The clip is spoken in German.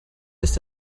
ist